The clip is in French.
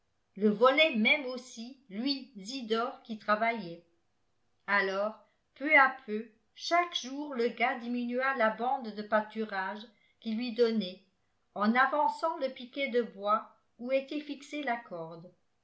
le volait même aussi lui zidore qui travaillait alors peu à peu chaque jour le gars diminua la bande de pâturage qu'il lui donnait en avançant le piquet de bois où était fixée la corde